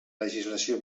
legislació